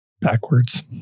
Backwards